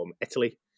Italy